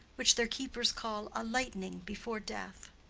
which their keepers call a lightning before death.